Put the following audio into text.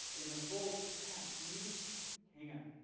and the fold ah, can you hang on.